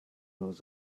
was